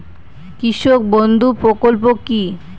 কৃষক বন্ধু প্রকল্প কি?